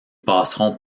passeront